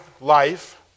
life